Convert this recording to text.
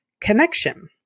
connection